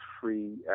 free